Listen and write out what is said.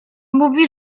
mówi